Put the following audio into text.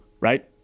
right